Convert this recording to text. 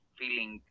feeling